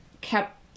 kept